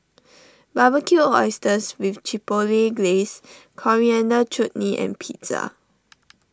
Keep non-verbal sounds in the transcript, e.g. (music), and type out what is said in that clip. (noise) Barbecued Oysters with Chipotle Glaze Coriander Chutney and Pizza